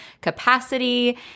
capacity